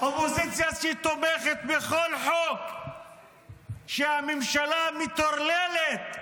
אופוזיציה שתומכת בכל חוק שהממשלה המטורללת,